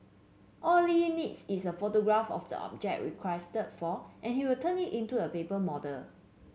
all Li needs is a photograph of the object requested for and he will turn it into a paper